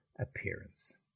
appearance